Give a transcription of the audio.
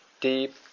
deep